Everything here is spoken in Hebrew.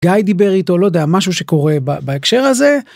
גיא דיבר איתו, לא יודע, משהו שקורה בהקשר הזה.